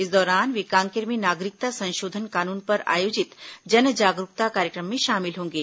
इस दौरान वे कांकेर में नागरिकता संशोधन कानून पर आयोजित जन जागरूकता कार्यक्रम में शामिल होंगे